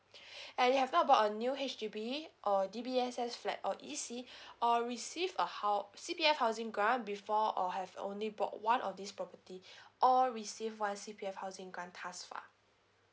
and you have not bought a new H_D_B or a D_B_S_S flat or E_C or receive a hou~ C_P_F housing grant before or have only bought one of this property or receive one C_P_F housing grant thus far